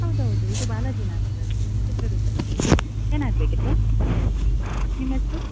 ಹೌದೌದು ಇದು ಬಾಲಾಜಿ ನರ್ಸರಿ ಚಿತ್ರದುರ್ಗದಲ್ಲಿ ಏನಾಗಬೇಕಿತ್ತು ನಿಮ್ಮ ಹೆಸ್ರು